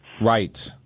Right